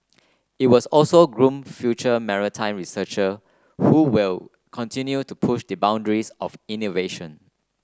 it will also groom future maritime researcher who will continue to push the boundaries of innovation